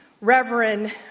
Reverend